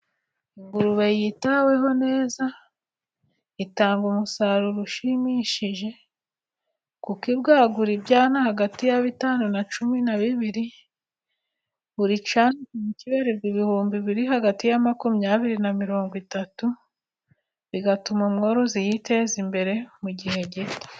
ingurube yitaweho neza itanga umusaruro ushimishije kuko ibwagura iyana hagati ya bitanu na cumi na bibiri buri cyan kirwa ibihumbi biri hagati ya makumyabiri na mirongo itatu bigatuma ingoro ziteza imbere mu gihe gito